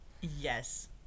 Yes